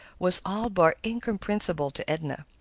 was all but incomprehensible to edna.